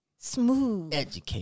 smooth